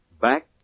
back